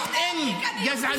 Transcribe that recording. built in, גזענות.